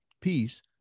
peace